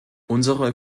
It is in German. unsere